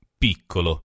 piccolo